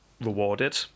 rewarded